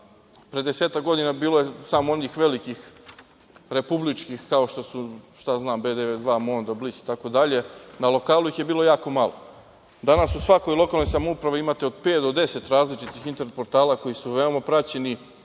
pre desetak godina bilo je samo onih velikih, republičkih, kao što su B92, Mondo, Blic itd. Na lokalu ih je bilo jako malo. Danas u svakoj lokalnoj samoupravi imate od pet do deset različitih internet portala koji su veoma praćeni.